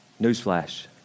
Newsflash